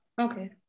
Okay